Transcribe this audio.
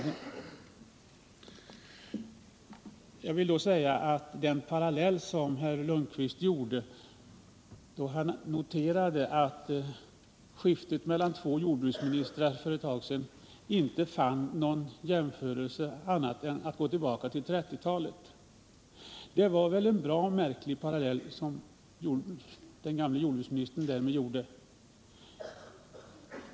Den parallell som den förutvarande jordbruksministern herr Lundkvist gjorde, då han noterade att man inte kunde finna någon jämförelse till skiftet mellan två jordbruksministrar för en tid sedan annat än genom att gå tillbaka till 1930-talet, var väl en bra märklig parallell.